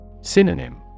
Synonym